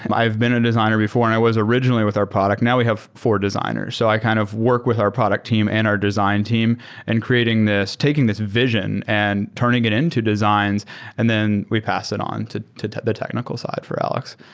i've been a designer before and i was originally with our product. now we have four designers. so i kind of work with our product team and our design team and creating this, taking this vision and turning it into designs and then we pass it on to to the technical side for alex.